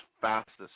fastest